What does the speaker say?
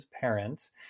parents